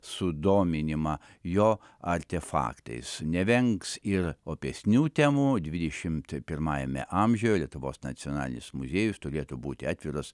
sudominimą jo artefaktais nevengs ir opesnių temų dvidešimt pirmajame amžiuje lietuvos nacionalinis muziejus turėtų būti atviras